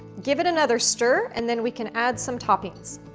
give it another stir and then we can add some toppings.